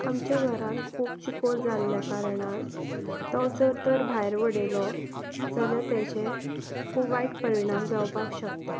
आमच्या घरान खूब चिखल जाल्ल्या कारणान तो जर तर भायर उडयलो जाल्यार ताचे खूब वायट परिणाम जावपाक शकता